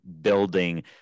building